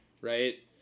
Right